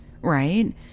right